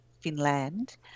Finland